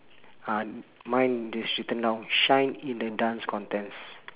uh mine is written down shine in the dance contest